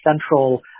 central